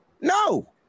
No